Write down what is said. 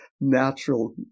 natural